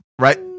right